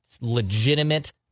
legitimate